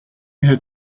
had